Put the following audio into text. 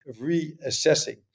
reassessing